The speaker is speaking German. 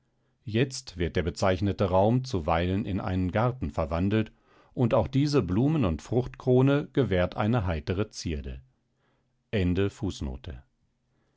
jetzt wird der bezeichnete raum zuweilen in einen garten verwandelt und auch diese blumen und fruchtkrone gewährt eine heitere zierde